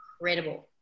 incredible